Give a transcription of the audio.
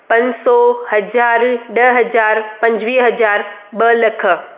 पंज सौ हज़ार ॾह हज़ार पंजवीह हज़ार ॿ लख